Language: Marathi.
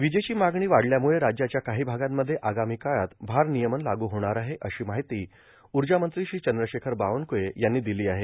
विजेची मागणी वाढल्यामुळं राज्याच्या काही भागांमध्ये आगामी काळात भारनियमन लागू होणार आहे अशी माहिती ऊर्जामंत्री श्री चंद्रशेखर बावनकुळे यांनी दिली आहे